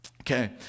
Okay